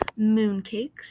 Mooncakes